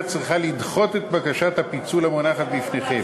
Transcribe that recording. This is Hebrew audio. צריכה לדחות את בקשת הפיצול המונחת בפניכם.